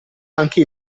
anche